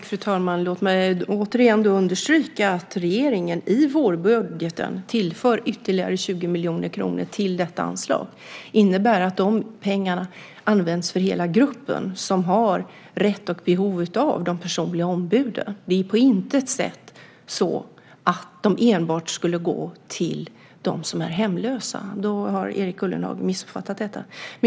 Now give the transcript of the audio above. Fru talman! Låt mig återigen understryka att regeringen i vårbudgeten tillför ytterligare 20 miljoner kronor till detta anslag. Det innebär att de pengarna används för hela den grupp som har rätt till och behov av personliga ombud. Det är på intet sätt så att de enbart skulle gå till dem som är hemlösa. Då har Erik Ullenhag missuppfattat det.